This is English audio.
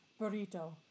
Burrito